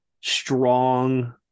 strong